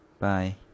Bye